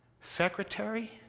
secretary